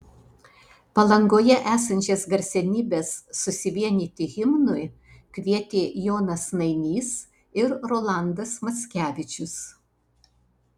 palangoje esančias garsenybes susivienyti himnui kvietė jonas nainys ir rolandas mackevičius